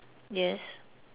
yes